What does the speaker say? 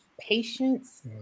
patience